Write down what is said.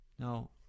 Now